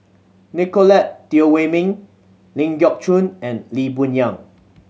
Nicolette Teo Wei Min Ling Geok Choon and Lee Boon Yang